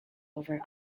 over